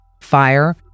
fire